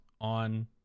on